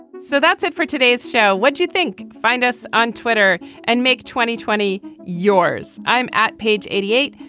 so that's it for today's show. what do you think? find us on twitter and make twenty twenty yours. i'm at page eighty eight.